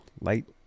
light